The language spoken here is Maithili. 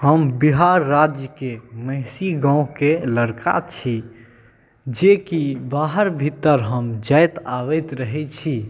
हम बिहार राज्यके महिषी गाँवके लड़का छी जे कि बाहर भीतर हम जाइत आबैत रहै छी